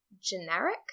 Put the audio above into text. generic